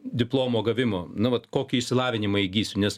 diplomo gavimo na vat kokį išsilavinimą įgysiu nes